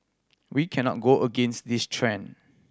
we cannot go against this trend